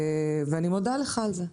אני מודה לך על זה.